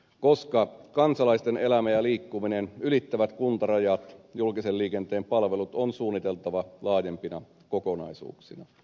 koska kansalaisten elämä ja liikkuminen ylittävät kuntarajat julkiseen liikenteen palvelut on suunniteltava laajempina kokonaisuuksina